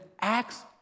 acts